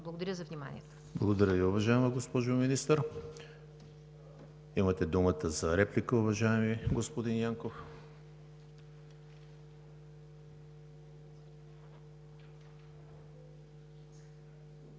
Благодаря за вниманието.